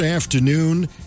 afternoon